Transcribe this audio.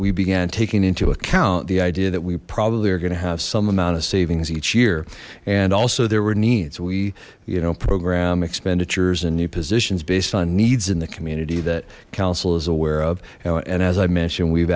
began taking into account the idea that we probably are going to have some amount of savings each year and also there were needs we you know program expenditures and new positions based on needs in the community that council is aware of you know and as i mentioned we've